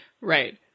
Right